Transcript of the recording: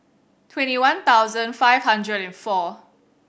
twenty one thousand five hundred and four